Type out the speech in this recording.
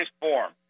form